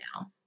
now